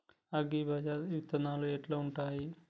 అగ్రిబజార్ల విత్తనాలు ఎట్లుంటయ్?